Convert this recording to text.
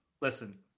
listen